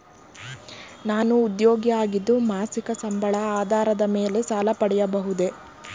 ನಾನು ಉದ್ಯೋಗಿ ಆಗಿದ್ದು ಮಾಸಿಕ ಸಂಬಳದ ಆಧಾರದ ಮೇಲೆ ಸಾಲ ಪಡೆಯಬಹುದೇ?